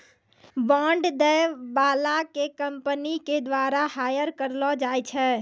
bond दै बाला के कंपनी के द्वारा हायर करलो जाय छै